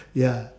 ya